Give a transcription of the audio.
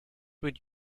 would